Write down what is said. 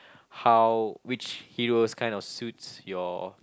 how which heroes kind of suits your